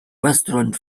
restaurant